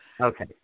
Okay